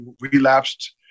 relapsed